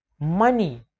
money